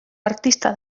artista